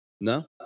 No